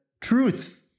truth